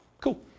Cool